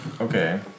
Okay